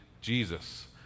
Jesus